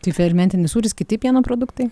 tai fermentinis sūris kiti pieno produktai